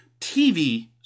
TV